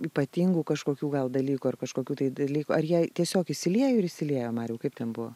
ypatingų kažkokių gal dalykų ar kažkokių tai dalykų ar jai tiesiog išsiliejo ir išsiliejo mariau kaip ten buvo